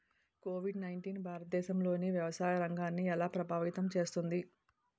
Covid nineteen భారతదేశంలోని వ్యవసాయ రంగాన్ని ఎలా ప్రభావితం చేస్తుంది?